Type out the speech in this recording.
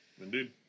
Indeed